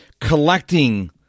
collecting